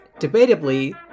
debatably